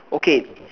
okay